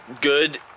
good